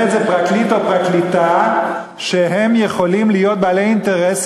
אבל עושה את זה פרקליט או פרקליטה שיכולים להיות בעלי אינטרסים